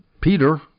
Peter